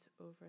over